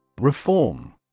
Reform